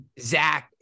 Zach